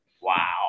Wow